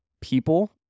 people